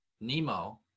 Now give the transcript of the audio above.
Nemo